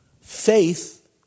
Faith